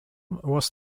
was